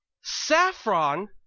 Saffron